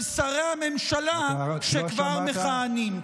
של שרי הממשלה שכבר מכהנים.